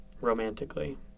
romantically